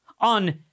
On